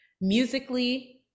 musically